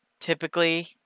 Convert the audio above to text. typically